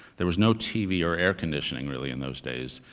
there was no tv or air conditioning really in those days,